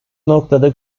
noktada